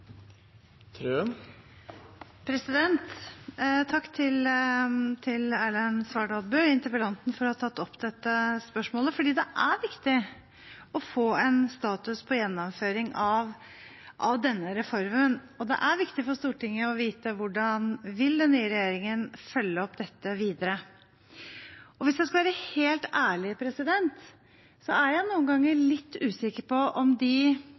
nå. Takk til interpellant Erlend Svardal Bøe for å ha tatt opp dette spørsmålet. Det er viktig å få en status på gjennomføringen av denne reformen, og det er viktig for Stortinget å få vite hvordan den nye regjeringen vil følge opp dette videre. Hvis jeg skal være helt ærlig, er jeg noen ganger litt usikker på om de